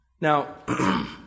Now